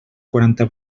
quaranta